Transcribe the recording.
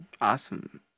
awesome